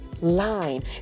line